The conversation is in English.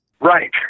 Right